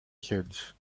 hedge